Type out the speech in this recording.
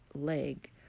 leg